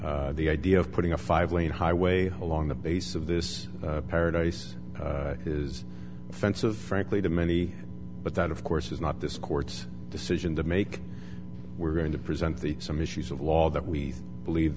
here the idea of putting a five lane highway along the base of this paradise is offensive frankly to many but that of course is not this court's decision to make we're going to present the some issues of law that we believe